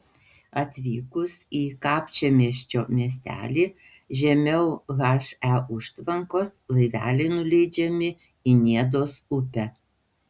atvykus į kapčiamiesčio miestelį žemiau he užtvankos laiveliai nuleidžiami į niedos upę